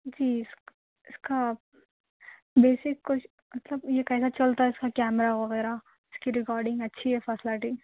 جی اُس اُس کا بیسک کچھ مطلب یہ کسیا چلتا ہے اِس کا کیمرہ وغیرہ اِس کی ریکارڈنگ اچھی فسیلٹی